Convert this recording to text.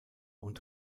und